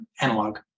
analog